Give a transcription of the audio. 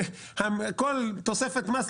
כל תוספת מס,